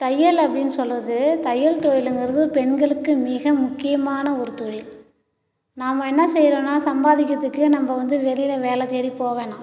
தையல் அப்படின்னு சொல்லுறது தையல் தொழிலுங்கிறது பெண்களுக்கு மிக முக்கியமான ஒரு தொழில் நாம என்ன செய்யறோன்னா சம்பாதிக்கிறதுக்கு நம்ப வந்து வெளியில வேலை தேடி போ வேணாம்